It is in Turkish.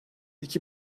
iki